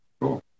Cool